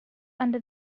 under